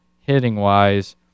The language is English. hitting-wise